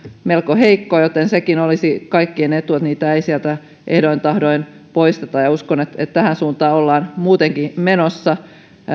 melko heikko joten sekin olisi kaikkien etu että niitä ei sieltä ehdoin tahdoin poistettaisi ja uskon että tähän suuntaan ollaan muutenkin menossa